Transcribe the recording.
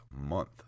month